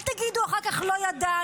אל תגידו אחר כך לא ידענו,